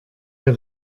der